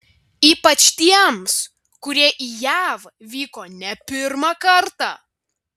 ypač tiems kurie į jav vyko ne pirmą kartą